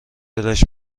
دلش